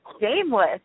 shameless